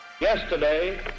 Yesterday